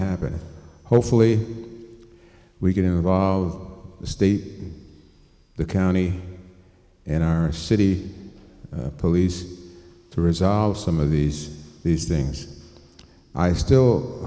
happen hopefully we can involve the state the county and our city police to resolve some of these these things i still